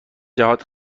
جهات